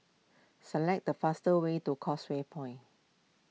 select the faster way to Causeway Point